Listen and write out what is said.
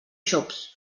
xops